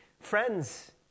Friends